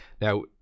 Now